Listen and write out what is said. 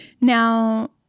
Now